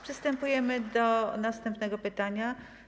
Przystępujemy do następnego pytania.